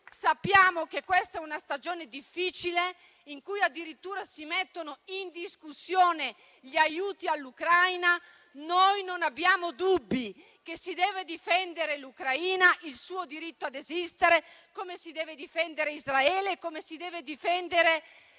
sappiamo che questa è una stagione difficile, in cui addirittura si mettono in discussione gli aiuti all'Ucraina. Noi non abbiamo dubbi che si debbano difendere l'Ucraina e il suo diritto ad esistere, così come si devono difendere Israele e l'Iran libero.